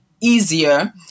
easier